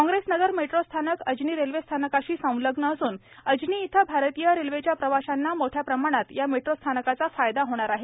Congress Nagar metro स्थानक अजनी रेल्वेस्थानकाशी संलग्न असून अजनी येथे भारतीय रेल्वेच्या प्रवाशांना मोठ्या प्रमाणात या मेट्रोस्थानकाचा फायदा होणार आहे